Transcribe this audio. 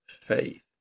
faith